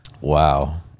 Wow